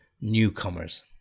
newcomers